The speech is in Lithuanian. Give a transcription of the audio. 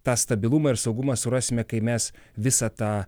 tą stabilumą ir saugumą surasime kai mes visą tą